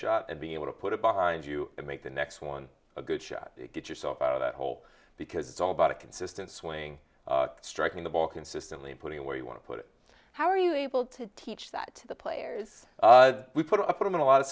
shot and be able to put it behind you make the next one a good shot get yourself out of that hole because it's all about a consistent swing striking the ball consistently putting where you want to put it how are you able to teach that to the players we put up in a lot of